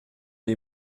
les